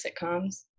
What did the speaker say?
sitcoms